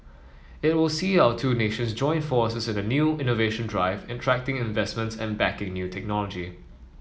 it will see our two nations join forces in a new innovation drive attracting investments and backing new technology